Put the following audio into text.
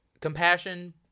compassion